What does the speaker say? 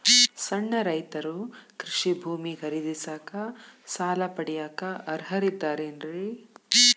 ಸಣ್ಣ ರೈತರು ಕೃಷಿ ಭೂಮಿ ಖರೇದಿಸಾಕ, ಸಾಲ ಪಡಿಯಾಕ ಅರ್ಹರಿದ್ದಾರೇನ್ರಿ?